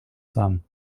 some